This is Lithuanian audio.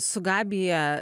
su gabija